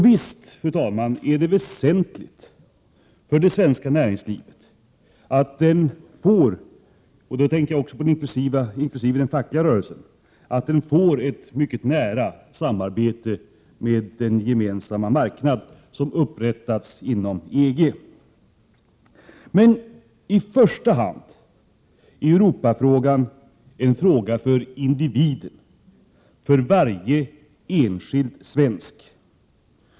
Visst är det väsentligt för det svenska näringslivet — och då inkluderar jag också den fackliga rörelsen — att få ett nära samarbete med den gemensamma marknad som upprättats inom EG. Men i första hand är Europafrågan en fråga för individen, för varje enskild svensk.